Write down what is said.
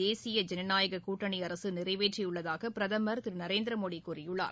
தேசிய ஜனநாயக கூட்டணி அரசு நிறைவேற்றியுள்ளதாக பிரதமர் திரு நரேந்திரமோடி கூறியுள்ளார்